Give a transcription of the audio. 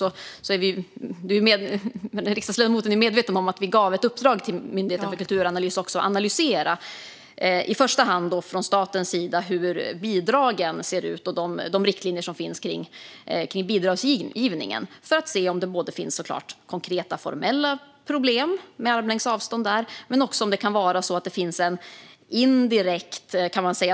Jag hoppas att riksdagsledamoten är medveten om att vi gav ett uppdrag till Myndigheten för kulturanalys att i första hand analysera hur bidragen ser ut från statens sida och vilka riktlinjer som finns för bidragsgivning. Man skulle se om det fanns konkreta formella problem med armlängds avstånd där men också om det kan finnas en indirekt